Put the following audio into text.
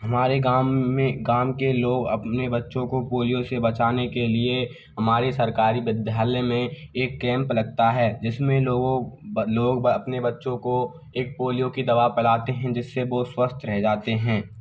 हमारे गाम में गाम के लोग अपने बच्चों को पोलियो से बचाने के लिए हमारे सरकारी विद्यालय में एक कैम्प लगता है जिसमें लोगों लोग अपने बच्चों को एक पोलियो की दवा पिलाते हैं जिससे वो स्वस्थ रह जाते हैं